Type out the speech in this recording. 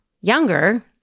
younger